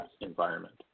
environment